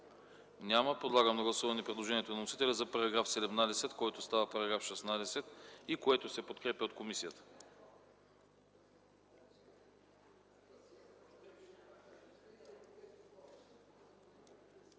Няма. Подлагам на гласуване предложението на вносителя за § 15, който става § 14 и който се подкрепя от комисията.